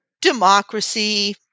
democracy